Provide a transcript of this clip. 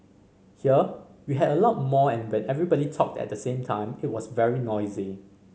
here we had a lot more and when everybody talked at the same time it was very noisy